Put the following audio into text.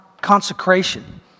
consecration